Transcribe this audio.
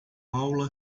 aula